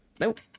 nope